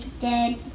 dead